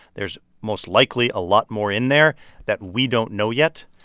there's most likely a lot more in there that we don't know yet.